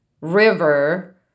River